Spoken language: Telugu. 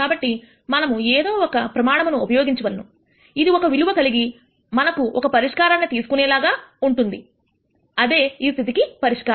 కాబట్టి మనము ఏదో ఒక ప్రమాణమును ఉపయోగించవలెను ఇది ఒక విలువ కలిగి మనకు ఒక పరిష్కారాన్ని తీసుకునే లాగా ఉంటుంది అదే ఈ స్థితికి పరిష్కారం